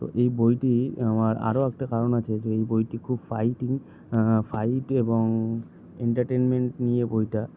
তো এই বইটি আমার আরও একটা কারণ আছে যে এই বইটি খুব ফাইটিং ফাইট এবং এন্টারটেইনমেন্ট নিয়ে বইটা